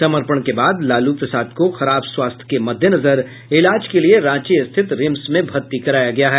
समर्पण के बाद लालू प्रसाद को खराब स्वास्थ्य के मद्देनजर इलाज के लिये रांची स्थित रिम्स में भर्ती कराया गया है